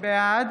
בעד